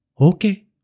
Okay